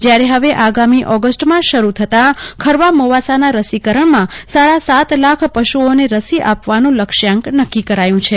જયારે હવે આગામી ઓગસ્ટમાં શરુ થતા ખરવા મોવાસાનાં રસીકરણમાં સાડાસાત લાખ પશુઓને રસી આપવાનું લક્ષ્યાંક નક્કી કરાયું છે